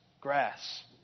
grass